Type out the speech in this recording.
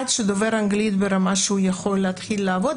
שהוא דובר אנגלית ברמה שהוא יכול להתחיל לעבוד.